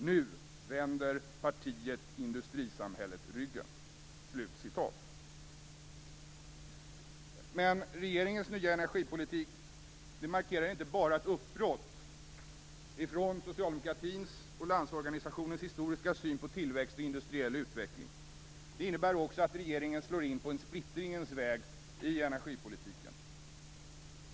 Nu vänder partiet industrisamhället ryggen." Regeringens nya energipolitik markerar inte bara ett uppbrott från socialdemokratins och Landsorganisationens historiska syn på tillväxt och industriell utveckling. Den innebär också att regeringen slår in på en splittringens väg.